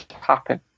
happen